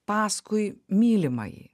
paskui mylimąjį